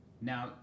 Now